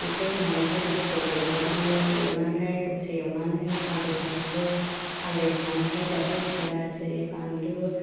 संख्रि होनानैहाय दसे गोबाव एवगोरनांगौ एवनानैहाय दसे एवनानै हालदै होनांगौ हालदै होनानैहाय बावहाय जिरा जिरि बानलु